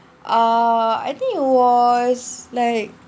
uh I think it was like